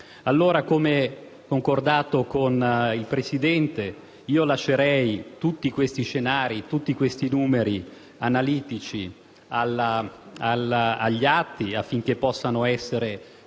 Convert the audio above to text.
crisi. Come concordato con la Presidenza, lascerei questi scenari e questi numeri analitici agli atti, affinché possano essere